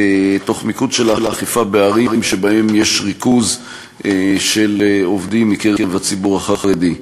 במיקוד האכיפה בערים שבהן יש ריכוז של עובדים מקרב הציבור החרדי.